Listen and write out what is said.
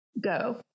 go